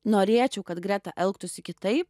norėčiau kad greta elgtųsi kitaip